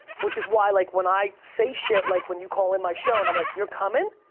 which is why like when i say shit like when you call in my show, and i'm like you're coming?